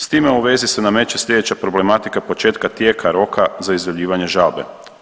S time u vezi se nameće sljedeća problematika početka tijeka roka za izjavljivanje žalbe.